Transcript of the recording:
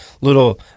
little